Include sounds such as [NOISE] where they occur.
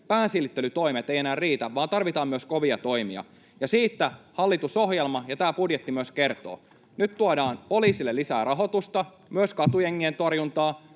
päänsilittelytoimet eivät enää riitä vaan tarvitaan myös kovia toimia. Ja siitä myös hallitusohjelma ja tämä budjetti kertovat. [NOISE] Nyt tuodaan poliisille lisää rahoitusta, myös katujengien torjuntaan,